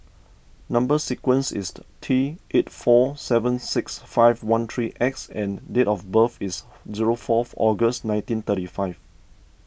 Number Sequence is T eight four seven six five one three X and date of birth is zero four August nineteen thirty five